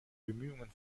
bemühungen